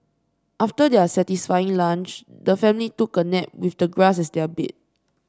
after their satisfying lunch the family took a nap with the grass as their bed